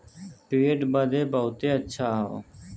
पेट बदे बहुते अच्छा हौ